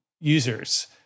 users